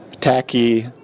tacky